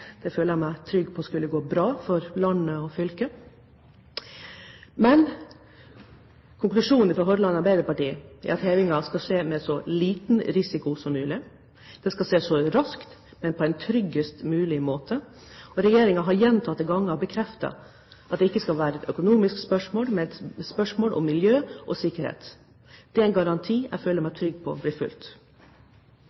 Det føler jeg meg trygg på skulle gå bra for landet og for fylket. Men konklusjonen fra Hordaland Arbeiderparti er at hevingen skal skje med så liten risiko som mulig, det skal skje så raskt som mulig, men på en tryggest mulig måte. Regjeringen har gjentatte ganger bekreftet at det ikke skal være et økonomisk spørsmål, men et spørsmål om miljø og sikkerhet. Det er en garanti jeg føler meg